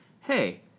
Hey